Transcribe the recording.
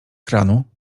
kranu